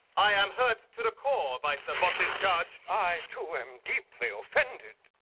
i am hurt to the core by sir boss's charge. i, too, am deeply offended.